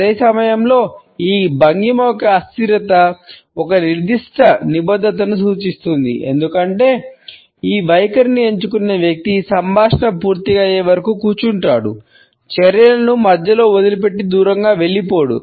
అదే సమయంలో ఈ భంగిమ యొక్క అస్థిరత ఒక నిర్దిష్ట నిబద్ధతను సూచిస్తుంది ఎందుకంటే ఈ వైఖరిని ఎంచుకున్న వ్యక్తి సంభాషణ పూర్తి అయ్యేవరకు కూర్చుంటాడు చర్చలను మధ్యలో వదిలిపెట్టి దూరంగా వెళ్ళిపోడు